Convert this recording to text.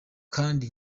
kandi